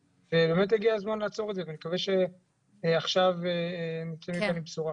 באמת הגיע הזמן לעצור את זה ואני מקווה שעכשיו נצא מכאן עם בשורה.